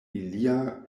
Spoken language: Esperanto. ilia